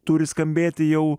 turi skambėti jau